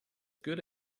good